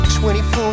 24